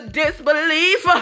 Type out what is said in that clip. disbelief